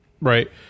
right